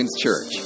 Church